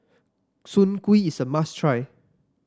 Soon Kuih is a must try